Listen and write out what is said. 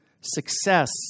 success